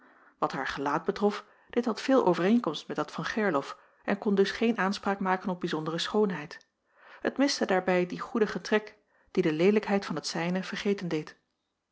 wat haar gelaat betrof dit had veel overeenkomst met dat van gerlof en kon dus geen aanspraak maken op bijzondere schoonheid het miste daarbij dien goedigen trek die de leelijkheid van het zijne vergeten deed